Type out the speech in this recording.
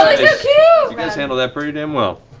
guys handled that pretty damn well.